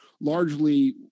largely